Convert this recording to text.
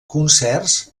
concerts